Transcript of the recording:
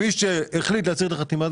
אם מישהו החליט להסיר את החתימה,